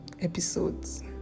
episodes